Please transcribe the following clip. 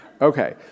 Okay